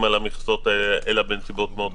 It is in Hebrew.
על המכסות האלה אלא בנסיבות מאוד חריגות.